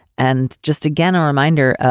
and just again, a reminder.